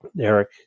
Eric